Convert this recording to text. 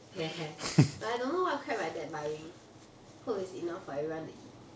but I don't know what crab my dad buying hope is enough for everyone to eat